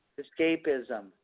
escapism